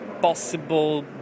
possible